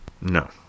No